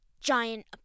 giant